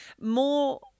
more